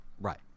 right